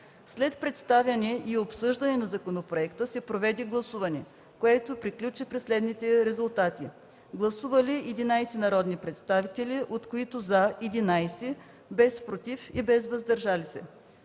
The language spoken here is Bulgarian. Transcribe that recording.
След представяне и обсъждане на законопроекта се проведе гласуване, което приключи при следните резултати: гласували 11 народни представители, от които „за” – 11, без „против” и „въздържали се”.